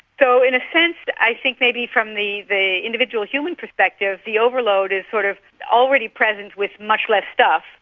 so in a sense i think maybe from the the individual human perspective, the overload is sort of already present with much less stuff,